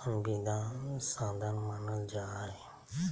संविदा साधन मानल जा हय